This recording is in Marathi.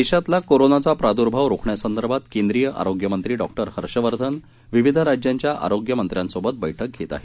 देशातला कोरोनाचा प्रादूर्भाव रोखण्यासंदर्भात केंद्रीय आरोग्य मंत्री डॉ हर्षवर्धन विविध राज्यांच्या आरोग्यमंत्र्यांसोबत बैठक घेत आहेत